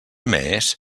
més